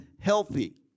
healthy